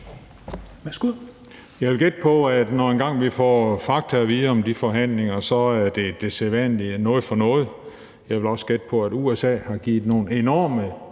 Jeg vil gætte på, at det, når vi engang får fakta at vide om de forhandlinger, så er det sædvanlige, altså noget for noget. Jeg vil også gætte på, at USA har givet nogle enorme